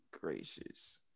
gracious